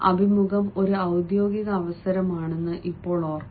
അഭിമുഖം ഒരു ഓദ്യോഗിക അവസരമാണെന്ന് ഇപ്പോൾ ഓർക്കുക